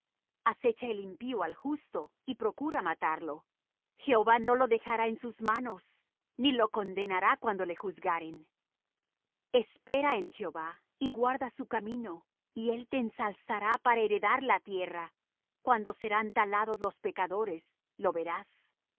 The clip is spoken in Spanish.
acecha el impío al justo y procura matarlo jehová no lo dejará en sus manos ni lo condenará cuando le juzgaren espera en jehová y guarda su camino y él te ensalzará para heredar la tierra cuando serán talados los pecadores lo verás